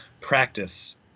practice